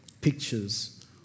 pictures